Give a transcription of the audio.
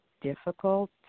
difficult